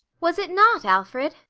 was it not, alfred?